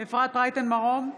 אפרת רייטן מרום,